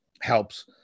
helps